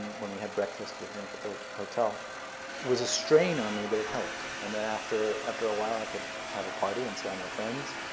when we had breakfast, for example, at the hotel was a strain on me, but it helped. and then after after a while, i could have a party and see all my friends,